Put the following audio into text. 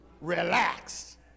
relax